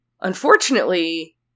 unfortunately